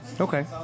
okay